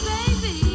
Baby